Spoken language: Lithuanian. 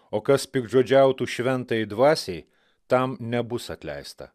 o kas piktžodžiautų šventajai dvasiai tam nebus atleista